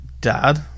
dad